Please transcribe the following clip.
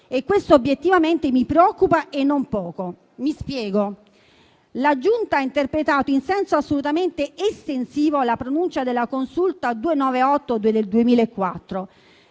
e questo, obiettivamente, mi preoccupa e non poco. Mi spiego. La Giunta ha interpretato in senso assolutamente estensivo la pronuncia della Consulta n. 2982 del 2004.